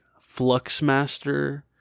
Fluxmaster